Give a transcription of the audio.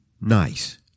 nice